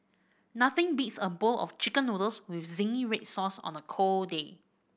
nothing beats a bowl of Chicken Noodles with zingy red sauce on a cold day